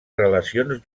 relacions